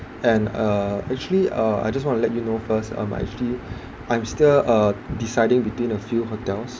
and uh actually uh I just want to let you know first um actually I'm still uh deciding between a few hotels